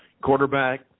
quarterback